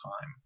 time